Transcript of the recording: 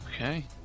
Okay